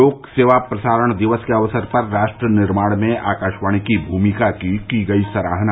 लोक सेवा प्रसारण दिवस के अवसर पर राष्ट्र निर्माण में आकाशवाणी की भूमिका की की गई सराहना